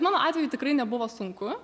mano atveju tikrai nebuvo sunku